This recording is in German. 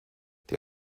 die